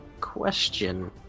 Question